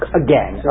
again